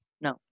No